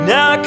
Now